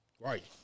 Right